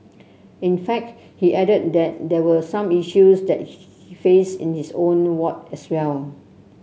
in fact he added that there were some issues that faced in his own ward as well